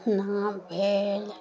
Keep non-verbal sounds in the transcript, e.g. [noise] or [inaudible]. [unintelligible] भेल